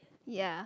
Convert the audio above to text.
yea